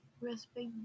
respect